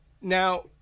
now